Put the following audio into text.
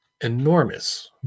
enormous